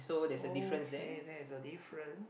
okay there is a different